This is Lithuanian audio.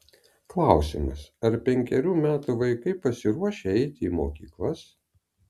klausimas ar penkerių metų vaikai pasiruošę eiti į mokyklas